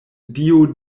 dio